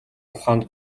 ухаанд